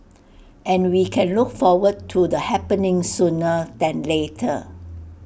and we can look forward to the happening sooner than later